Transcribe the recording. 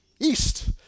East